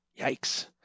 Yikes